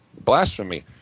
Blasphemy